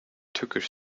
tückisch